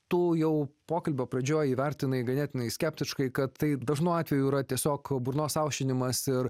tu jau pokalbio pradžioj įvertinai ganėtinai skeptiškai kad tai dažnu atveju yra tiesiog burnos aušinimas ir